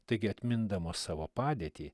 taigi atmindamos savo padėtį